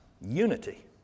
unity